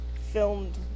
filmed